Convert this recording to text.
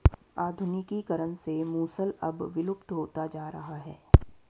आधुनिकीकरण से मूसल अब विलुप्त होता जा रहा है